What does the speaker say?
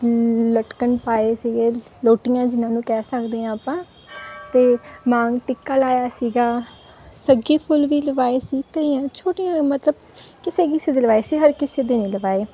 ਲਟਕਣ ਪਾਏ ਸੀਗੇ ਲੋਟੀਆਂ ਜਿਹਨਾਂ ਨੂੰ ਕਹਿ ਸਕਦੇ ਹਾਂ ਆਪਾਂ ਅਤੇ ਮਾਂਗ ਟਿੱਕਾ ਲਾਇਆ ਸੀਗਾ ਸੱਗੀ ਫੁੱਲ ਵੀ ਲਵਾਏ ਸੀ ਕਈਆਂ ਛੋਟੀਆਂ ਮਤਲਬ ਕਿਸੇ ਕਿਸੇ ਦੇ ਲਵਾਏ ਸੀ ਹਰ ਕਿਸੇ ਦੇ ਨਹੀਂ ਲਵਾਏ